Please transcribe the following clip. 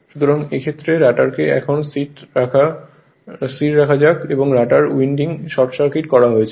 সুতরাং এই ক্ষেত্রে রটারকে এখন স্থির রাখা যাক এবং রটার ওয়াইন্ডিং শর্ট সার্কিট করা হয়েছে